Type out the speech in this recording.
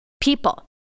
people